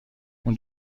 اون